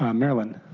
um marilyn?